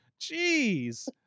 Jeez